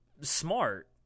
smart